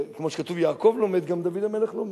כמו שכתוב, יעקב לא מת, גם דוד המלך לא מת.